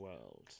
world